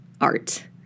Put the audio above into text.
art